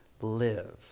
live